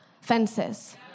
fences